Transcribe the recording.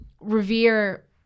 revere